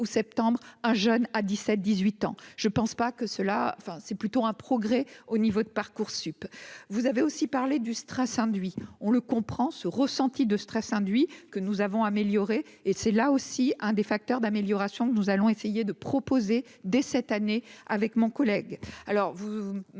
septembre un jeune à 17 18 ans je pense pas que cela, enfin, c'est plutôt un progrès au niveau de Parcoursup, vous avez aussi parlé du stress induit, on le comprend ce ressenti de stress induit que nous avons amélioré et c'est là aussi un des facteurs d'amélioration que nous allons essayer de proposer dès cette année, avec mon collègue